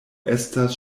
estas